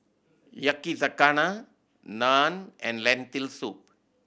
Yakizakana Naan and Lentil Soup